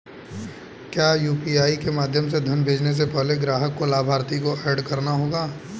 क्या यू.पी.आई के माध्यम से धन भेजने से पहले ग्राहक को लाभार्थी को एड करना होगा?